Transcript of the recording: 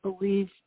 believe